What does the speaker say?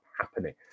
happening